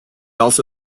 also